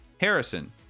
Harrison